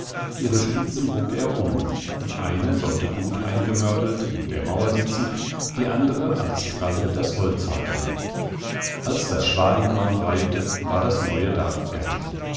ihre spitzen bog er um die eine sollte gut eingemörtelt in der mauer sitzen die andere als kralle das holz halten als das schwadenkorn reifte war das neue dach fertig